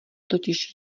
totiž